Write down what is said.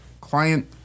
client